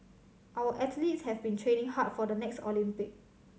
our athletes have been training hard for the next Olympic